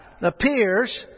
appears